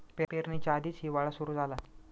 पेरणीच्या आधीच हिवाळा सुरू झाला